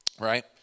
right